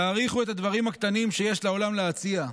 תעריכו את הדברים הקטנים שיש לעולם להציע,